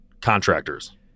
contractors